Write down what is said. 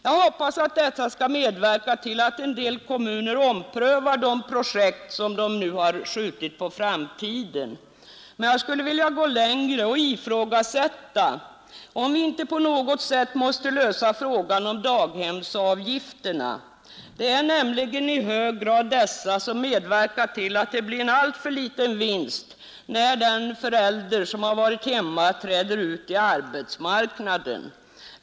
Jag hoppas att detta skall medverka till att en del kommuner omprövar de projekt som nu har skjutits på framtiden. Men jag skulle vilja gå längre och ifrågasätta om vi inte på något sätt måste lösa frågan om daghemsavgifterna. Det är nämligen i hög grad dessa som medverkar till att det blir en alltför liten vinst när den förälder som har varit hemma träder ut i arbetsmarknaden.